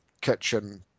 Kitchen